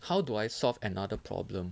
how do I solved another problem